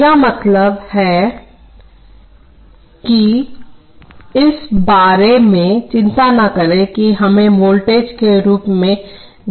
मेरा मतलब है कि इस बारे में चिंता न करें कि हमें वोल्टेज के रूप में j × V p कैसे मिलता है